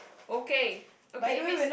okay okay if it's